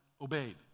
obeyed